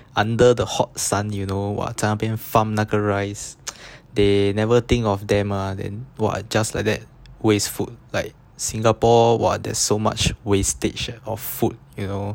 under the hot sun you know !wah! 在那边 farm 那个 rice they never think of them ah then !wah! just like that waste food like singapore !wah! there's so much wastage of food you know